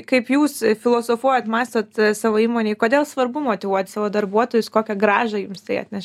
kaip jūs e filosofuojat mąstot e savo įmonėj kodėl svarbu motyvuot savo darbuotojus kokią grąžą jums tai atneš